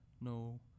no